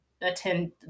attend